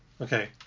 Okay